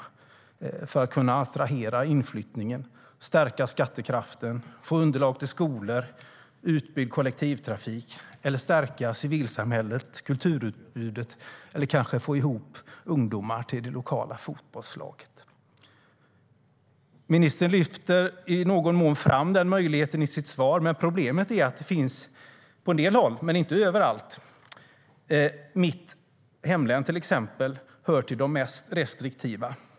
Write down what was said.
Det är viktigt för att kunna attrahera inflyttning, stärka skattekraften, få underlag till skolor och utbyggd kollektivtrafik, stärka civilsamhället och kulturutbudet eller kanske få ihop ungdomar till det lokala fotbollslaget. Ministern lyfter i någon mån fram den möjligheten i sitt svar. Problemet är att det finns på en del håll men inte överallt. Mitt hemlän, till exempel, hör till de mest restriktiva.